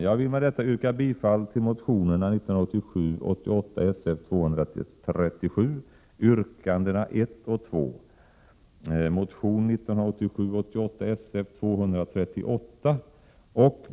Jag vill med detta yrka bifall till motionerna 1987 88:Sf238.